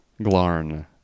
Glarn